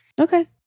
okay